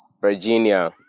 Virginia